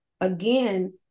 again